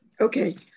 Okay